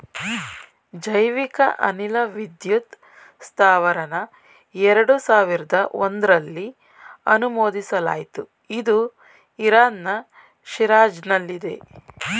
ಜೈವಿಕ ಅನಿಲ ವಿದ್ಯುತ್ ಸ್ತಾವರನ ಎರಡು ಸಾವಿರ್ದ ಒಂಧ್ರಲ್ಲಿ ಅನುಮೋದಿಸಲಾಯ್ತು ಇದು ಇರಾನ್ನ ಶಿರಾಜ್ನಲ್ಲಿದೆ